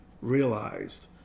realized